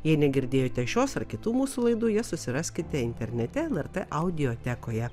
jei negirdėjote šios ar kitų mūsų laidų jas susiraskite internete lrt audiotekoje